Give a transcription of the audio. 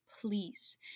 please